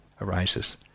arises